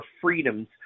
freedoms